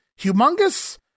Humongous